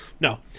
No